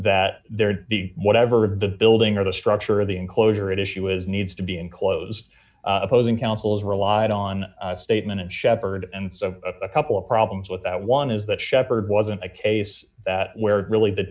that there the whatever the building or the structure of the enclosure at issue is needs to be enclosed opposing councils relied on a statement and shepherd and so a couple of problems with that one is that shepard wasn't a case that where really the